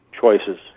choices